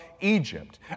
Egypt